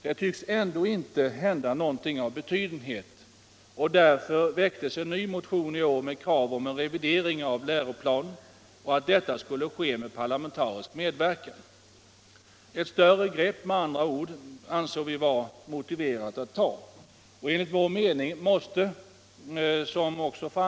Men då det inte hänt någonting av betydenhet väcktes en ny motion i år med krav om en revidering av läroplanen, vilken skulle göras med parlamentarisk medverkan. Vi ansåg med andra ord att det var motiverat att ta ett fastare grepp på dessa frågor.